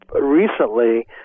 recently